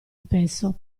spesso